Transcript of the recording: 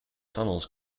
tunnels